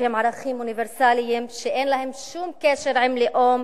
שהם ערכים אוניברסליים שאין להם שום קשר ללאום,